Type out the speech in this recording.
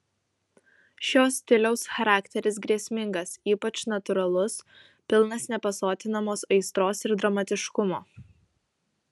šio stiliaus charakteris grėsmingas ypač natūralus pilnas nepasotinamos aistros ir dramatiškumo